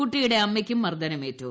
കുട്ടിയുടെ അമ്മക്കും മർദ്ദനമേറ്റു